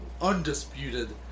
undisputed